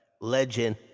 Legend